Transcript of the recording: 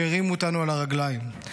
שהרימו אותנו על הרגליים,